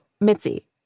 Mitzi